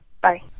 Bye